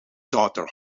daughter